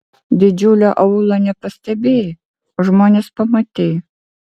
didžiulio aūlo nepastebėjai o žmones pamatei